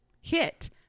hit